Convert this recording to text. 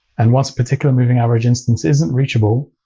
and once a particular moving average instance isn't reachable,